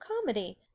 comedy